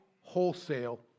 wholesale